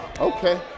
Okay